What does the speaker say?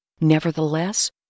Nevertheless